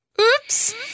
Oops